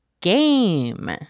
game